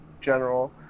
general